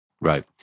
right